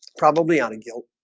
probably on a guilt